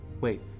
Wait